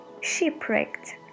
shipwrecked